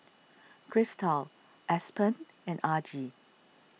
Kristal Aspen and Argie